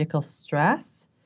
stress